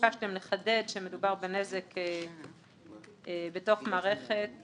התבקשתם לחדד שמדובר בנזק בתוך מערכת